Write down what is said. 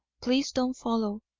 please don't follow.